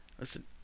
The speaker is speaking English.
Listen